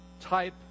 type